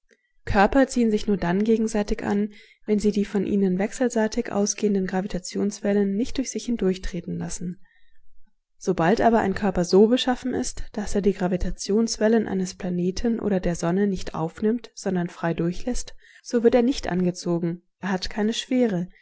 körper ziehen sich nur dann gegenseitig an wenn sie die von ihnen wechselseitig ausgehenden gravitationswellen nicht durch sich hindurchtreten lassen sobald aber ein körper so beschaffen ist daß er die gravitationswellen eines planeten oder der sonne nicht aufnimmt sondern frei durchläßt so wird er nicht angezogen er hat keine schwere